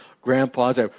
grandpas